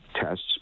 tests